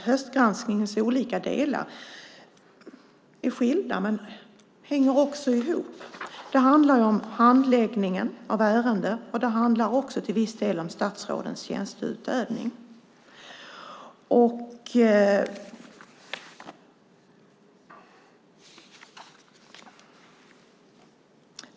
Höstgranskningens olika delar är skilda, men de hänger också ihop. Det handlar om handläggningen av ärenden, och det handlar till viss del om statsrådens tjänsteutövning.